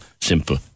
simple